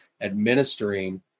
administering